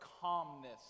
calmness